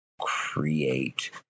create